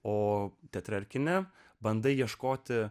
o teatre ar kine bandai ieškoti